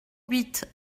huit